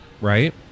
Right